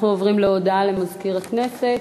אנחנו עוברים להודעת מזכיר הכנסת.